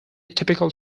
typical